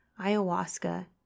Ayahuasca